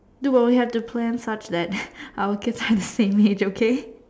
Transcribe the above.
dude but we have to plan such that our kids are the same age okay